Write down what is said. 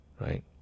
right